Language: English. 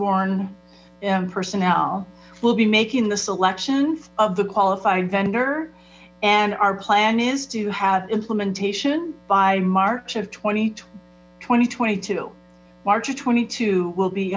n personnel we'll be making the selection of the qualified vendor and our plan is to have implementation by march of twenty twenty twenty to march of twenty two will be